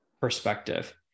perspective